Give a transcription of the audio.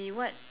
he what